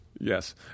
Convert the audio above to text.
Yes